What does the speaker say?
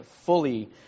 fully